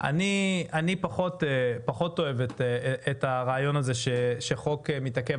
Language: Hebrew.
אני פחות אוהב את הרעיון הזה שחוק מתעכב